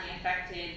affected